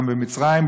גם במצרים,